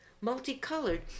multicolored